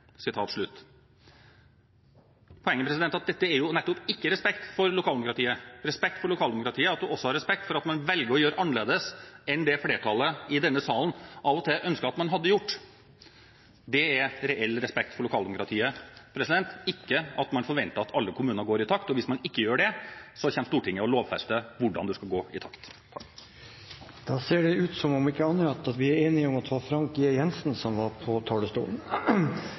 Poenget er at dette nettopp ikke er respekt for lokaldemokratiet. Respekt for lokaldemokratiet er at man også har respekt for at man velger å gjøre annerledes enn det flertallet i denne salen av og til ønsker at man hadde gjort. Det er reell respekt for lokaldemokratiet – ikke at man forventer at alle kommuner går i takt, og hvis man ikke gjør det, så lovfester Stortinget hvordan man skal gå i takt. Det ser ut til at vi er, om ikke annet, enige om at det var Frank J. Jenssen som var på talerstolen.